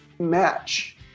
match